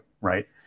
right